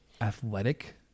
athletic